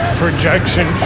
projection